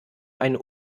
ein